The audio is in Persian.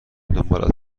دنبالت